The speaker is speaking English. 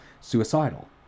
suicidal